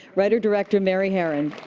writer-director mary harron.